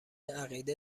عقیده